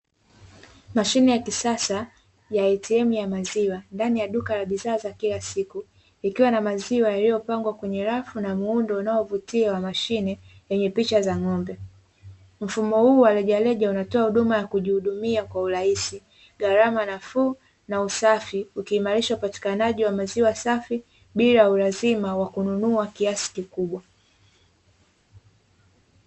Mashine ya kisasa ya "Milk ATM" ndani ya duka la bidhaa za kila siku, ikiwa na maziwa yaliyopangwa kwenye rafu na muundo unavutia wa mashine wenye picha za ng'ombe. Mfumo huu wa rejereja unatoa huduma ya kujihudumia kwa urahisi, gharama nafuu na usafi. Ukihimarisha upatikanaji wa maziwa safi bila ulazima wa kununua kiasi kikubwa.